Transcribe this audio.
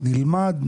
נלמד,